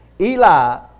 Eli